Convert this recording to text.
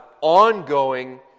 ongoing